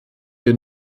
wir